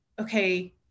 Okay